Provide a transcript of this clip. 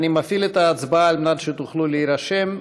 אני מפעיל את ההצבעה על מנת שתוכלו להירשם.